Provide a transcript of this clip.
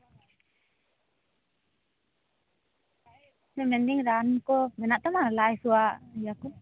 ᱦᱮᱸ ᱢᱮᱱᱫᱤᱧ ᱨᱟᱱ ᱠᱚ ᱢᱮᱱᱟᱜ ᱛᱟᱢᱟ ᱞᱟᱡ ᱦᱟᱹᱥᱩᱣᱟᱜ